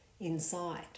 inside